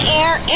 air